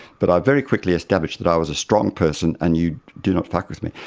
but i very quickly established that i was a strong person and you do not fuck with me.